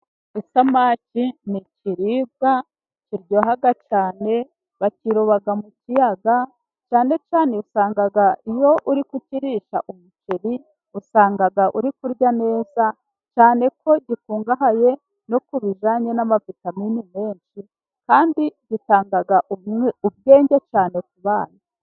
Isamaki ni ikiribwa kiryoha cyane, bakiroba mu kiyaga, cyane cyane usanga iyo uri kukirisha umuceri, usanga uri kurya neza, cyane ko gikungahaye no kubijyanye n'amavitamini menshi kandi gitanga ubwenge, cyane ku bana.